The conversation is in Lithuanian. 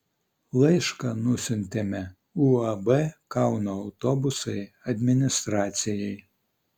laišką nusiuntėme uab kauno autobusai administracijai